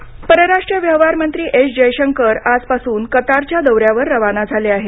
जयशंकर परराष्ट्र व्यवहार मंत्री एस जयशंकर आजपासून कतारच्या दौऱ्यावर रवाना झाले आहेत